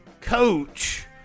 coach